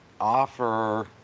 offer